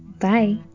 Bye